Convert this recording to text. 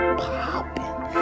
popping